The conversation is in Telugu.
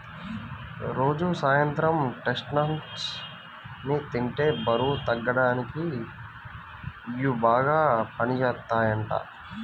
రోజూ సాయంత్రం చెస్ట్నట్స్ ని తింటే బరువు తగ్గిపోడానికి ఇయ్యి బాగా పనిజేత్తయ్యంట